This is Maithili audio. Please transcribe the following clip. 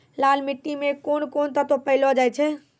लाल मिट्टी मे कोंन कोंन तत्व पैलो जाय छै?